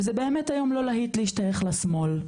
וזה באמת היום לא להיט להשתייך לשמאל,